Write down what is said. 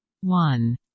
One